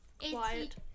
quiet